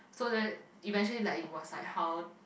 so that eventually like it was like how